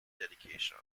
dedication